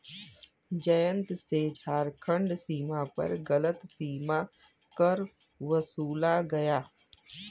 जयंत से झारखंड सीमा पर गलत सीमा कर वसूला गया